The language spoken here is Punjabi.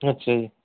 ਅੱਛਾ ਜੀ